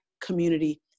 community